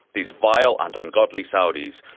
these vile and ungodly saudis,